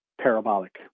parabolic